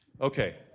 Okay